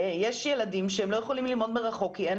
יש ילדים שהם לא יכולים ללמוד מרחוק כי אין